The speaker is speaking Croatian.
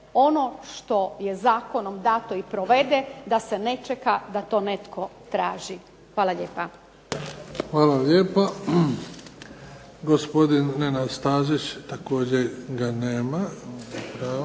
ono što je zakonom dato i provede, da se ne čeka da to netko traži. Hvala lijepa. **Bebić, Luka (HDZ)** Hvala lijepa. Gospodin Nenad Stazić. Također ga nema.